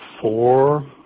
Four